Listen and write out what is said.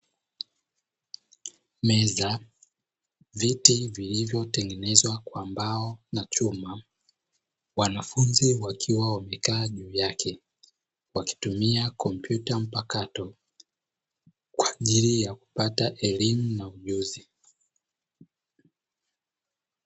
Meza, viti vilivyotengenezwa kwa mbao na chuma. Wanafunzi wakiwa wamekaa juu yake wakitumia kompyuta mpakato kwa ajili ya kupata elimu na ujuzi.